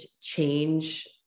change